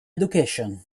education